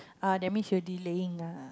ah that means you're delaying lah